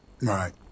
Right